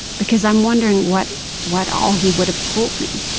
because i'm wondering what what all he would have told me.